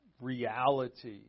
reality